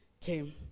came